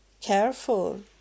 careful